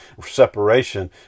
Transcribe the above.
separation